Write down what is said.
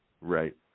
Right